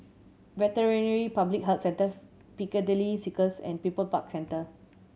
Veterinary Public Health Centre Piccadilly Circus and People's Park Centre